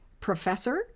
professor